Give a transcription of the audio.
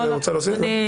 תודה.